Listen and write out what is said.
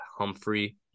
Humphrey